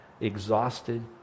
exhausted